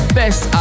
best